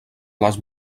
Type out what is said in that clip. les